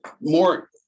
More